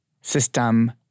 system